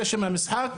זה שם המשחק.